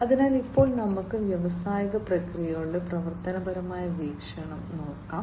അതിനാൽ ഇപ്പോൾ നമുക്ക് വ്യാവസായിക പ്രക്രിയകളുടെ പ്രവർത്തനപരമായ വീക്ഷണം നോക്കാം